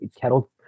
kettle